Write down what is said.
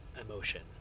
emotion